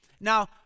now